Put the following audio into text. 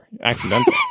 Accidental